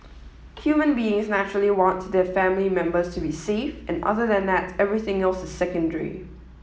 human beings naturally want their family members to be safe and other than that everything else is secondary